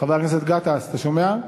חבר הכנסת גטאס, אתה שומע?